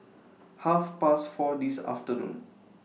Half Past four This afternoon